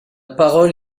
parole